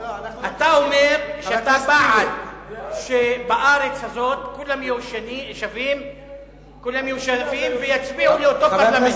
אתה אומר שאתה בעד שבארץ הזאת כולם יהיו שווים ויצביעו לאותו פרלמנט?